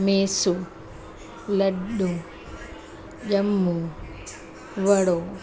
मेसू लॾूं ॼमूं वड़ो